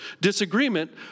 disagreement